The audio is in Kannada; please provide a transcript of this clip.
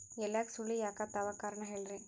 ಎಲ್ಯಾಗ ಸುಳಿ ಯಾಕಾತ್ತಾವ ಕಾರಣ ಹೇಳ್ರಿ?